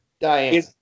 Diane